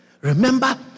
Remember